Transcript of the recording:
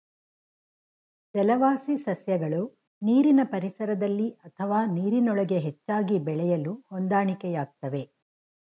ಜಲವಾಸಿ ಸಸ್ಯಗಳು ನೀರಿನ ಪರಿಸರದಲ್ಲಿ ಅಥವಾ ನೀರಿನೊಳಗೆ ಹೆಚ್ಚಾಗಿ ಬೆಳೆಯಲು ಹೊಂದಾಣಿಕೆಯಾಗ್ತವೆ